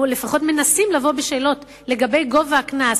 או לפחות מנסים לבוא בשאלות לגבי גובה הקנס,